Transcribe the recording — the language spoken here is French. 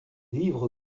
livres